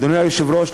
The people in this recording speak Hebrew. אדוני היושב-ראש,